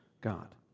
God